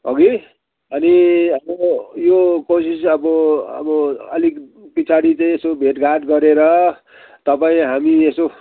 हगी अनि हाम्रो यो कोसिस अब अब अलिक पछाडि चाहिँ यसो भेटघाट गरेर तपाईँ हामी यसो